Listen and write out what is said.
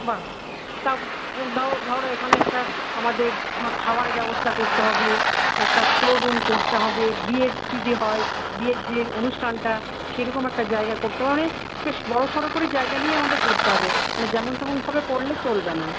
বাহ তাও তাও ধরো এখানে একটা আমাদের খাওয়ারের ব্যবস্থা করতে হবে একটা স্টোর রুম করতে হবে বিয়ের যদি হয় বিয়ের যে অনুষ্ঠানটা সেরকম একটা জায়গা করতে হবে মানে বেশ বড়সড় করে জায়গা নিয়ে আমাদের করতে হবে মানে যেমন তেমনভাবে করলে চলবে না